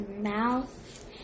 mouth